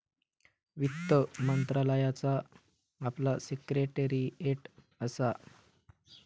वित्त मंत्रालयाचा आपला सिक्रेटेरीयेट असा